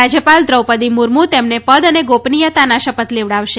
રાજ્યપાલ દ્રૌપદી મુર્મુ તેમને પદ અને ગોપનીયતાના શપથ લેવડાવશે